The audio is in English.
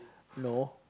no